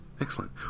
Excellent